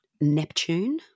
Neptune